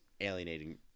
alienating